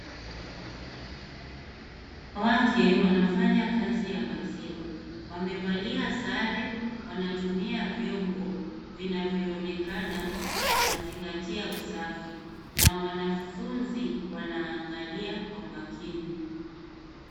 Wanawake wanafanya kazi ya maziwa wamevalia sare wanatumia vyombo vinavyoonekana wanazingatia usafi na wanafunzi wanaangalia kwa makini.